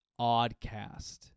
oddcast